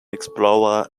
explorer